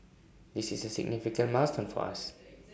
this is A significant milestone for us